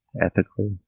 ethically